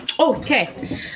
Okay